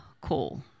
call